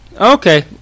Okay